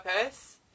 purpose